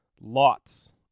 lots